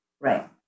Right